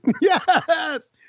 Yes